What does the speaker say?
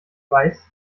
weiß